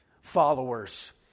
followers